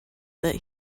that